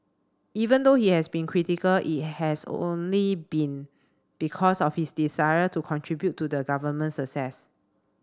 even though he has been critical it has only been because of his desire to contribute to the government success